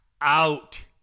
out